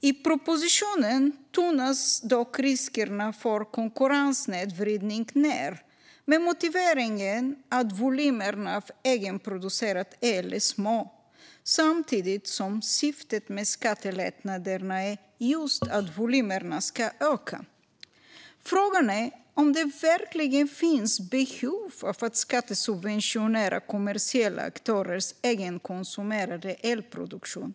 I propositionen tonas dock riskerna för konkurrenssnedvridning ned med motiveringen att volymerna av egenproducerad el är små, men samtidigt är syftet med skattelättnaderna just att volymerna ska öka. Frågan är om det verkligen finns behov av att skattesubventionera kommersiella aktörers egenkonsumerade elproduktion.